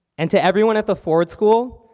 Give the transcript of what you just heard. and to everyone at the ford school,